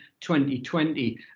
2020